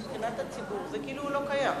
כבוד היושבת-ראש, כנסת נכבדה,